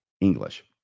English